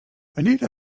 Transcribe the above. anita